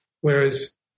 whereas